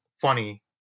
funny